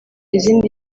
izindi